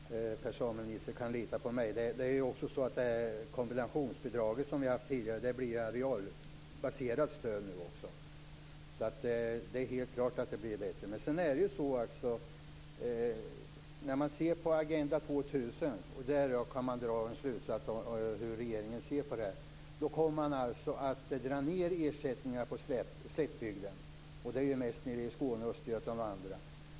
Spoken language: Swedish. Herr talman! Jag tror att Per-Samuel Nisser kan lite på mig. Det är även så att det kombinationsbidrag vi har haft tidigare nu också blir ett arealbaserat stöd. Så det är helt klart att det blir bättre. När man ser på Agenda 2000, och där kan man dra en slutsats om hur regeringen ser på det här, kommer man alltså att dra ned ersättningar på slättbygden. Det är ju mest nere i Skåne, Östergötland och andra landskap.